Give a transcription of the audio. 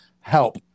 help